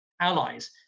allies